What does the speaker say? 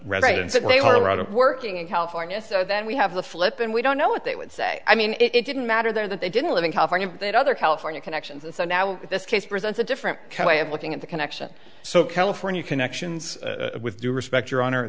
they are out of working in california so then we have the flip and we don't know what they would say i mean it didn't matter that they didn't live in california that other california connections and so now this case presents a different way of looking at the connection so california connections with due respect your honor